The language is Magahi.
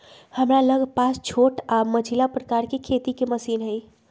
हमरा लग पास छोट आऽ मझिला प्रकार के खेती के मशीन हई